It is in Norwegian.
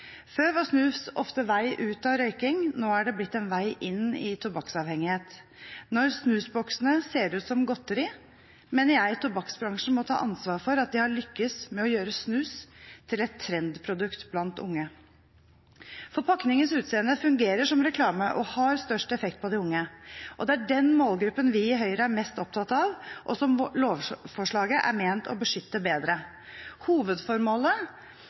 Før var snus ofte en vei ut av røyking, nå er det blitt en vei inn i tobakkavhengighet. Når snusboksene ser ut som godteri, mener jeg tobakksbransjen må ta ansvar for at de har lyktes med å gjøre snus til et trendprodukt blant unge. For pakningens utseende fungerer som reklame og har størst effekt på de unge. Og det er den målgruppen vi i Høyre er mest opptatt av, og som lovforslaget er ment å beskytte bedre. Hovedformålet